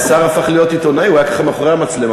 עיתונאים הופכים להיות שרים, לא ההפך.